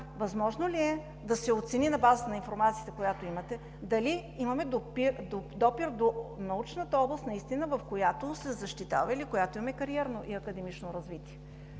възможно ли е да се оцени на базата на информацията, която имате, дали имаме наистина допир до научната област, в която се защитава, или в която има и кариерно и академично развитие?